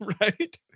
Right